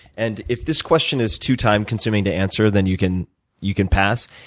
and if this question is too time consuming to answer, then you can you can pass.